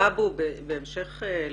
בהמשך לדבריך,